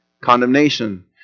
Condemnation